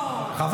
אל